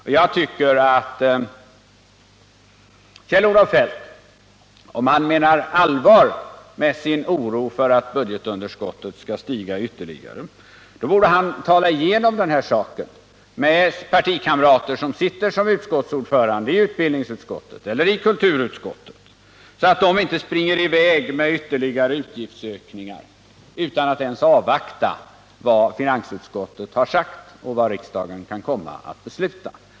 Om Kjell-Olof Feldt menar allvar med sin oro för att budgetunderskottet skall stiga ytterligare, då tycker jag att han skall diskutera igenom denna fråga med de partikamrater som sitter som utskottsordförande i exempelvis utbildningsutskottet eller kulturutskottet, så att de inte rusar i väg och klubbar igenom beslut om ytterligare utgiftsökningar utan att ens avvakta vad finansutskottet har sagt och vad riksdagen kan komma att besluta.